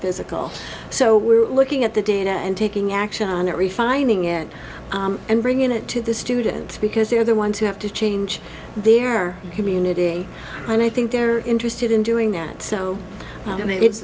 physical so we're looking at the data and taking action on it refining it and bringing it to the students because they're the ones who have to change their community and i think they're interested in doing that so i